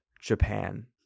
japan